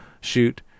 shoot